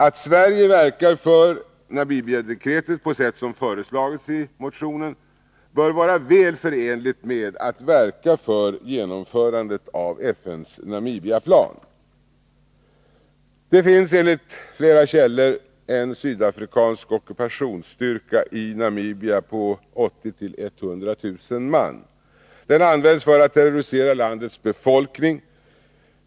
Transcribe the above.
Att Sverige verkar för Namibiadekretet på sätt som föreslagits i motionen bör vara väl förenligt med att verka för genomförandet av FN:s Namibiaplan. Det finns enligt flera källor en sydafrikansk ockupationsstyrka i Namibia på 80 000-100 000 man. Den används för att terrorisera landets befolkning.